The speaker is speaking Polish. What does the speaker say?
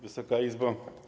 Wysoka Izbo!